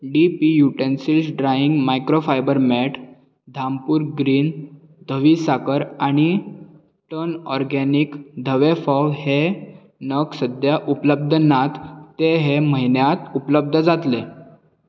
D P utensils drying microfiber mat Dhampur green धवी साकर आनी टन ऑर्गेनीक धवे फोव हे नग सद्या उपलब्द नात ते हे म्हयन्यात उपलब्द जातले